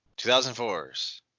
2004's